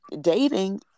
dating